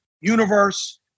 universe